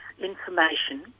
information